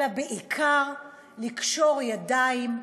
אלא בעיקר לקשור ידיים,